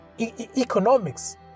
economics